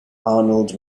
arnold